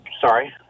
Sorry